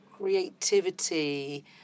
creativity